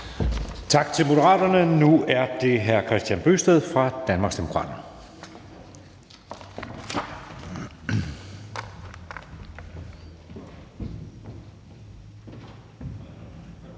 Tak til Moderaterne. Nu er det hr. Kristian Bøgsted fra Danmarksdemokraterne.